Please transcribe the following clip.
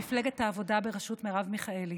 מפלגת העבודה בראשות מרב מיכאלי,